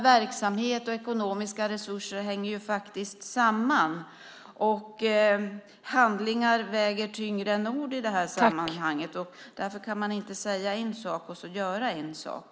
Verksamhet och ekonomiska resurser hänger samman. Handlingar väger tyngre än ord i detta sammanhang. Därför kan man inte säga en sak och göra en annan.